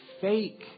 fake